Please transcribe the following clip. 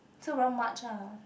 so around March ah